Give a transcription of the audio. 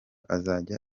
azajya